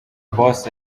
boss